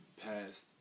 past